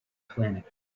planet